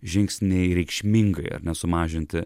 žingsniai reikšmingai ar ne sumažinti